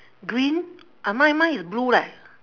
green uh mine mine is blue leh